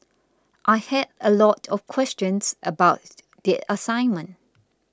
I had a lot of questions about the assignment